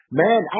man